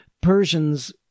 Persians